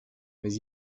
mais